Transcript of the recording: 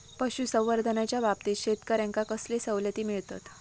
पशुसंवर्धनाच्याबाबतीत शेतकऱ्यांका कसले सवलती मिळतत?